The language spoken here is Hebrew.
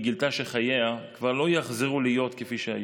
היא גילתה שחייה כבר לא יחזרו להיות כפי שהיו,